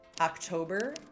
October